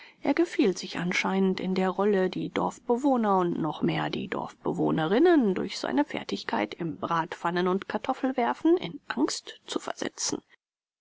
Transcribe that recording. er gefiel sich anscheinend in der rolle die dorfbewohner und noch mehr die dorfbewohnerinnen durch seine fertigkeit im bratpfannen und kartoffelwerfen in angst zu versetzen